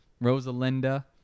Rosalinda